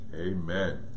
Amen